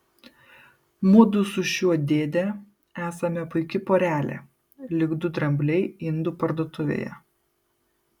mudu su šiuo dėde esame puiki porelė lyg du drambliai indų parduotuvėje